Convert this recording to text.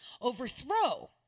overthrow